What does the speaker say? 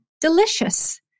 delicious